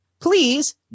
Please